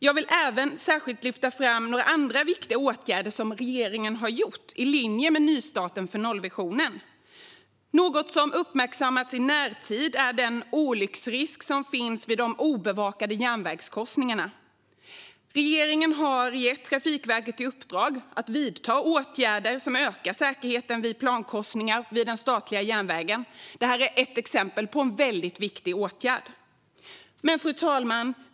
Jag vill även särskilt lyfta fram några andra viktiga åtgärder som regeringen vidtagit i linje med nystarten för nollvisionen. Något som uppmärksammats i närtid är den olycksrisk som finns vid de obevakade järnvägskorsningarna. Regeringen har gett Trafikverket i uppdrag att vidta åtgärder som ökar säkerheten vid plankorsningar vid den statliga järnvägen. Detta är ett exempel på en väldigt viktig åtgärd. Fru talman!